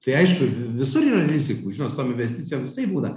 tai aišku visur rizikų žinot su tom investicijom visaip būna